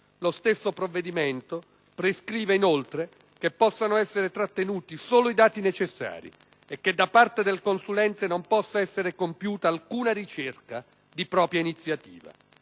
Lo stesso provvedimento prescrive, inoltre, che possano essere trattenuti solo i dati necessari e che da parte del consulente non possa essere compiuta alcuna ricerca di propria iniziativa.